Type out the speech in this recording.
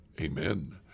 Amen